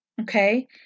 Okay